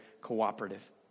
cooperative